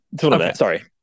Sorry